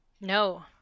No